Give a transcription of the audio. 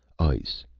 ice.